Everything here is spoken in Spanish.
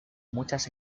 muchas